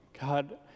God